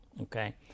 okay